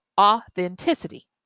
authenticity